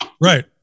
Right